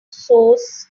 source